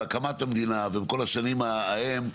בהקמת המדינה וכל השנים ההן,